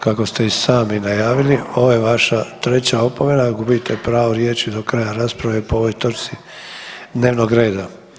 Kako ste i sami najavili, ovo je vaša treća opomena, gubite pravo riječi do kraja rasprave po ovoj točci dnevnog reda.